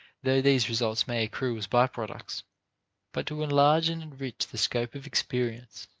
though these results may accrue as by-products but to enlarge and enrich the scope of experience,